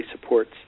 supports